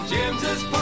James's